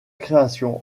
création